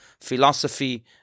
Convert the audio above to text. philosophy